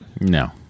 No